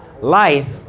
life